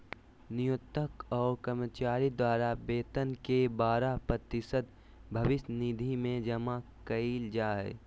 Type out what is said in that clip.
नियोक्त और कर्मचारी द्वारा वेतन के बारह प्रतिशत भविष्य निधि में जमा कइल जा हइ